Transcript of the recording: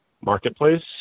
marketplace